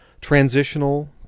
transitional